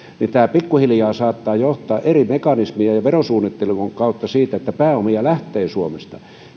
tämä pikkuhiljaa saattaa johtaa eri mekanismien ja verosuunnittelun kautta siihen että pääomia lähtee suomesta